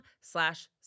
slash